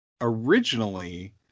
originally